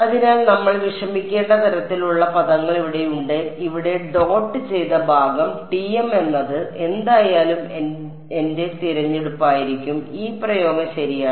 അതിനാൽ നമ്മൾ വിഷമിക്കേണ്ട തരത്തിലുള്ള പദങ്ങൾ ഇവിടെയുണ്ട് ഇവിടെ ഡോട്ട് ചെയ്ത ഭാഗം TM എന്നത് എന്തായാലും എന്റെ തിരഞ്ഞെടുപ്പായിരിക്കും ഈ പ്രയോഗം ശരിയാണ്